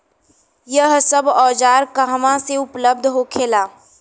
यह सब औजार कहवा से उपलब्ध होखेला?